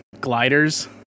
gliders